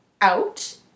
out